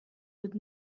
with